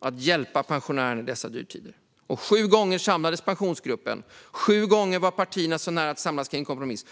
att hjälpa pensionärerna i dessa dyrtider. Sju gånger samlades Pensionsgruppen. Sju gånger var partierna så nära att samlas kring en kompromiss.